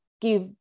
give